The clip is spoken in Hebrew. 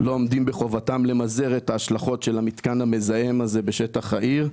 לא עומדים בחובתם למזער את ההשלכות של המתקן המזהם הזה בשטח העיר,